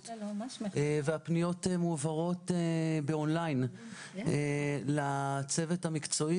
והפניות מועברות באון-ליין לצוות המקצועי,